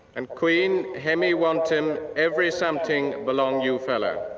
and queen hemi wantim every something belong you fella.